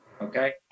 Okay